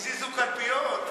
הזיזו קלפיות.